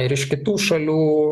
ir iš kitų šalių